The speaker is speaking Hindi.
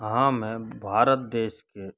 हाँ मैं भारत देश के